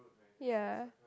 ya